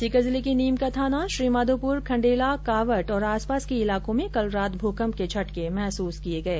सीकर जिले के नीमकाथाना श्रीमाधोपुर खण्डेला कांवट और आस पास के इलाकों में कल रात भूकंप के झटके महसूस किये गये